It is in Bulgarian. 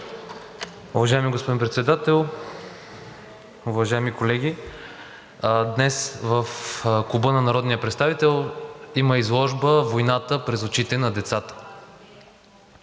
Уважаеми господин Председател, уважаеми колеги! Днес в Клуба на народния представител има изложба „Войната през очите на децата“.